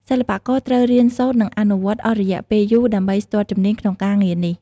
សិល្បករត្រូវរៀនសូត្រ និងអនុវត្តអស់រយៈពេលយូរដើម្បីស្ទាត់ជំនាញក្នុងការងារនេះ។